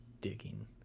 digging